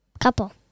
couple